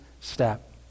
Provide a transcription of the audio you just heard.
step